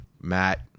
Matt